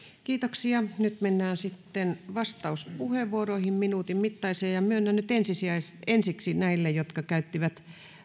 kiitoksia nyt mennään sitten vastauspuheenvuoroihin minuutin mittaisiin myönnän nyt ensiksi näille jotka käyttivät